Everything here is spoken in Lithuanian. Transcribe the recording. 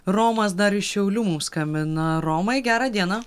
romas dar iš šiaulių mums skambina romai gerą dieną